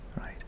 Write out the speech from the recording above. right